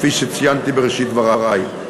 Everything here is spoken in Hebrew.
כפי שציינתי בראשית דברי.